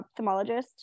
ophthalmologist